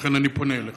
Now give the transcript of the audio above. ולכן אני פונה אליך.